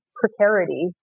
precarity